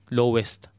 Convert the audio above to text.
lowest